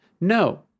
No